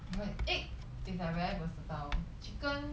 egg is like very versatile chicken